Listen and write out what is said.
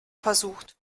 versucht